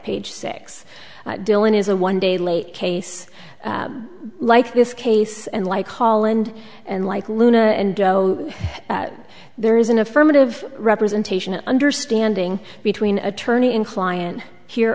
page six dylan is a one day late case like this case and like holland and like luna and that there is an affirmative representation an understanding between attorney and client